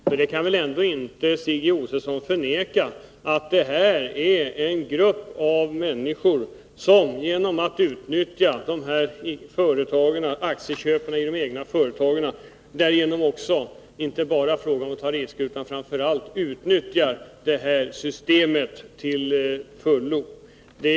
Stig Josefson kan väl ändå inte bestrida att det gäller en grupp av människor som genom att de kan göra aktieköp i de egna företagen inte bara tar risker, utan framför allt till fullo kan utnyttja systemet.